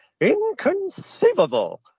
inconceivable